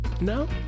No